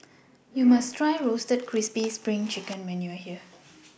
YOU must Try Roasted Crispy SPRING Chicken when YOU Are here